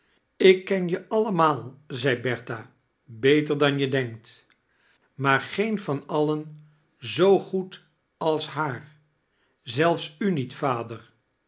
ik ken je allemaal zei bertha beter dan je denkt maar geen van alien zoo goed als haar zelfs u niet vader